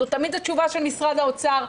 זו תמיד התשובה של משרד האוצר,